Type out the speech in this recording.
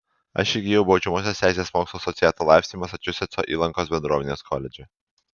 aš įgijau baudžiamosios teisės mokslų asociato laipsnį masačusetso įlankos bendruomenės koledže